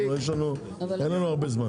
אנחנו, אין לנו הרבה זמן.